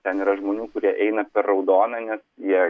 ten yra žmonių kurie eina per raudoną nes jie